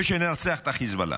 ושננצח את החיזבאללה.